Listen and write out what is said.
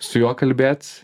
su juo kalbėt